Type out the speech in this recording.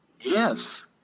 Yes